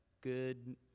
good